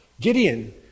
Gideon